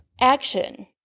action